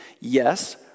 Yes